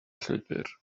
llwybr